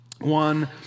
one